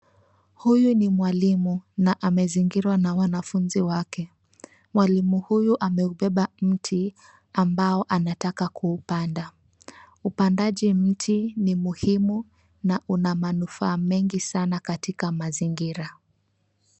Huyu ni mwalimu na amezingirwa na wanafunzi wake. Mwalimu huyu ameubeba mti ambao anataka kuupanda. Upandaji mti ni muhimu na una manufaa mengi sana katika mazingira.